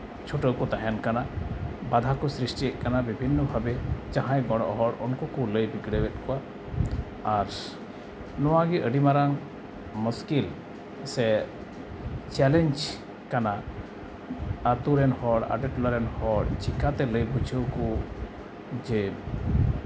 ᱪᱷᱩᱴᱟᱹᱣ ᱠᱚ ᱛᱟᱦᱮᱱ ᱠᱟᱱᱟ ᱵᱟᱫᱷᱟ ᱠᱚ ᱥᱨᱤᱥᱴᱤᱭᱮᱫ ᱠᱟᱱᱟ ᱵᱤᱵᱷᱤᱱᱱᱚ ᱵᱷᱟᱵᱮ ᱡᱟᱦᱟᱸᱭ ᱜᱚᱲᱚᱜ ᱦᱚᱲ ᱩᱱᱠᱩ ᱠᱚ ᱞᱟᱹᱭ ᱵᱤᱜᱽᱲᱟᱹᱣᱮᱫ ᱠᱚᱣᱟ ᱟᱨ ᱱᱚᱣᱟ ᱜᱮ ᱟᱹᱰᱤ ᱢᱟᱨᱟᱝ ᱢᱩᱥᱠᱤᱞ ᱥᱮ ᱪᱮᱞᱮᱧᱡ ᱠᱟᱱᱟ ᱟᱹᱛᱩ ᱨᱮᱱ ᱦᱚᱲ ᱟᱰᱮ ᱴᱚᱞᱟ ᱨᱮᱱ ᱦᱚᱲ ᱪᱤᱠᱟᱹᱛᱮ ᱞᱟᱹᱭ ᱵᱩᱡᱷᱟᱹᱣᱟᱠᱚ ᱡᱮ